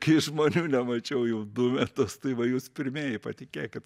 kai žmonių nemačiau jau du metus tai va jūs pirmieji patikėkit